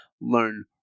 learn